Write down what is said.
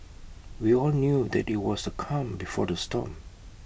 we all knew that IT was the calm before the storm